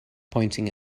pointing